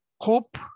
Hope